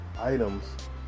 items